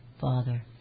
Father